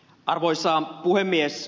arvoisa puhemies